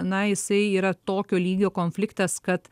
na jisai yra tokio lygio konfliktas kad